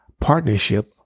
partnership